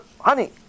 honey